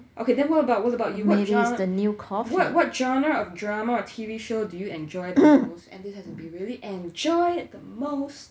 okay then what about what about you watch what what genre of drama or T_V show do you enjoy the most and it has to be really enjoy it the most